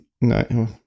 No